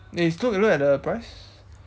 eh look look at the price